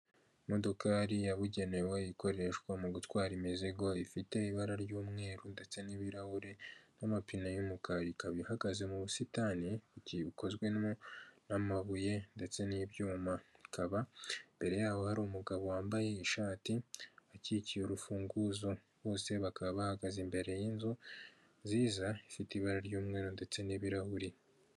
Imodokari yabugenewe ikoreshwa mu gutwara imizigo ifite ibara ry'umweru ndetse n'ibirahure n'amapine y'umukara ikaba ihagaze mu busitani bu ukozwe n'amabuye ndetse n'ibyuma bikaba imbere yaho hari umugabo wambaye ishati akikiye urufunguzo bose bakaba bahagaze imbere y'inzu nziza ifite ibara ry'umweru ndetse n'ibirahuri.